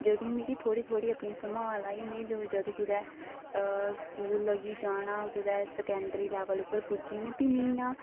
जदूं मि थोह्ड़ी थोहड़ी अपनी सम्हाल आई जदूं कुदै स्कूल लग्गी जाना जदूं कुदै स्कैंडरी लैबल उप्पर पुज्जी भी मिं इ'यां